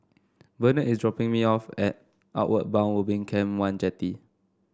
Bennett is dropping me off at Outward Bound Ubin Camp one Jetty